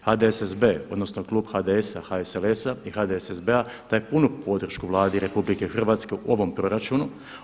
HDSSB odnosno klub HDS-a, HSLS-a i HDSSB-a daje punu podršku Vladi RH u ovom proračunu.